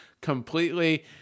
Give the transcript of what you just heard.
completely